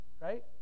right